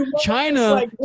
China